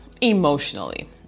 emotionally